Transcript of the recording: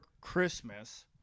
Christmas